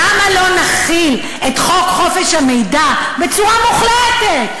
למה לא נחיל את חוק חופש המידע בצורה מוחלטת,